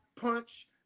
punch